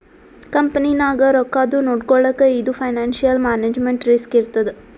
ಕಂಪನಿನಾಗ್ ರೊಕ್ಕಾದು ನೊಡ್ಕೊಳಕ್ ಇದು ಫೈನಾನ್ಸಿಯಲ್ ಮ್ಯಾನೇಜ್ಮೆಂಟ್ ರಿಸ್ಕ್ ಇರ್ತದ್